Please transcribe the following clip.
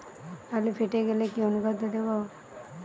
আলু ফেটে গেলে কি অনুখাদ্য দেবো?